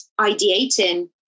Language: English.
ideating